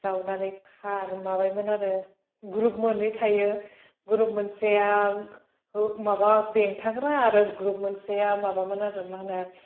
जावनानै खा माबायोमोन आरो ग्रुब मोन्नै थायो ग्रुप मोनसेया माबा बेंथाग्रा आरो ग्रुप मोनसेया माबामोन आरो मा होनो